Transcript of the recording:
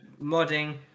modding